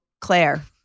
Claire